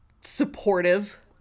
supportive